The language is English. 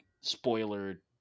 spoiler-